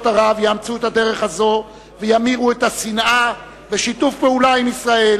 ערב יאמצו את הדרך הזאת וימירו את השנאה בשיתוף פעולה עם ישראל,